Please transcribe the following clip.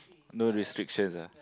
no restrictions ah